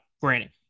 granted